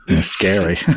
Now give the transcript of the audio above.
scary